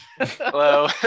Hello